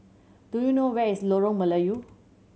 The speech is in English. do you know where is Lorong Melayu